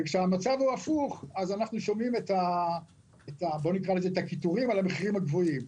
כאשר המצב הפוך אז אנחנו שומעים את הקיטורים על המחירים הגבוהים,